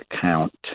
count